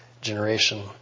generation